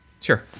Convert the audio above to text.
sure